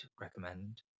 recommend